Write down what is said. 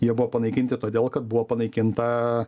jie buvo panaikinti todėl kad buvo panaikinta